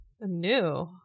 New